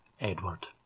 Edward